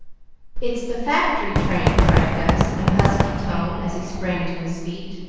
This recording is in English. it's the factory train! cried gus, in a husky tone, as he sprang to his feet.